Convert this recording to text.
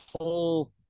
whole